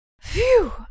Phew